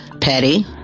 petty